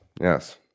Yes